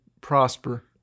prosper